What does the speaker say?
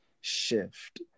shift